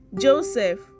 Joseph